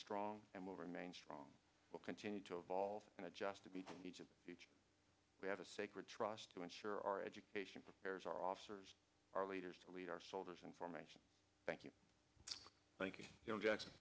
strong and will remain strong will continue to evolve and adjust to be a teacher we have a sacred trust to ensure our education prepares our officers our leaders to lead our soldiers information thank you thank you